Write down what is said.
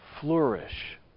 flourish